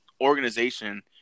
organization